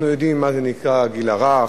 אנחנו יודעים מה נקרא הגיל הרך,